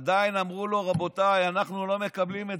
עדיין אמרו לו: רבותיי, אנחנו לא מקבלים.